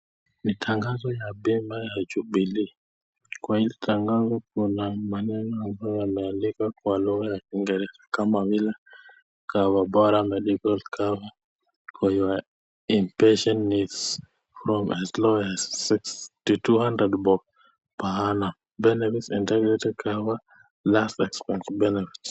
Ni tangazo ya bima ya Jubilee, kwa hii tangazo kuna maneno ambayo yameandikwa kwa lugha ya kingereza kama vile cover bora medical cover for you inpatient needs from as low 6 to 200 Bob per annum mbele yake ni last expense benefit.